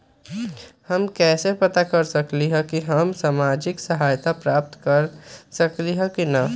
हम कैसे पता कर सकली ह की हम सामाजिक सहायता प्राप्त कर सकली ह की न?